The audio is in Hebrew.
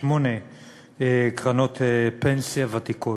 שמונה קרנות פנסיה ותיקות.